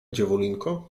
dziewulinko